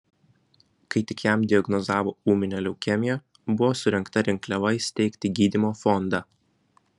kai tik jam diagnozavo ūminę leukemiją buvo surengta rinkliava įsteigti gydymo fondą